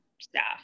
staff